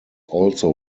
also